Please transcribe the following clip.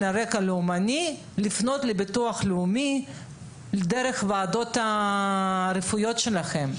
על רקע לאומני מלפנות לביטוח לאומי דרך הוועדות הרפואיות שלכם.